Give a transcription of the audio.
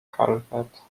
calvert